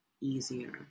easier